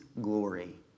glory